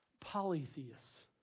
Polytheists